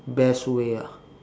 best way ah